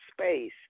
space